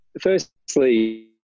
Firstly